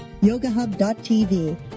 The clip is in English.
yogahub.tv